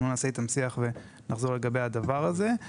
אנחנו נעשה איתם שיח ונחזור לגבי הדבר הזה.